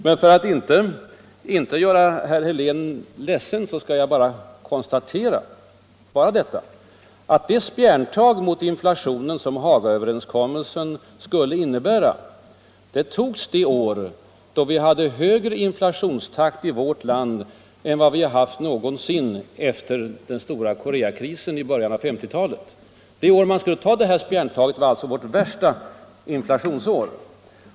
Men för att inte göra herr Helén ledsen skall jag nöja mig med att konstatera att det ”spjärntag mot inflationen” som Hagaöverenskommelsen skulle innebära togs det år då vi hade högre inflationstakt i vårt land än vi haft någon gång efter den stora Koreakrisen i början av 1950-talet. Det år då spjärntaget togs var alltså vårt värsta inflationsår.